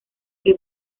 que